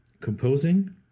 composing